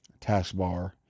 taskbar